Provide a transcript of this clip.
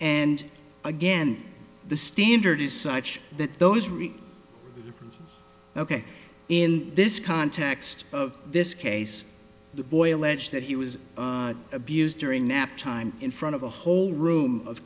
and again the standard is such that those read ok in this context of this case the boy alleged that he was abused during naptime in front of a whole room of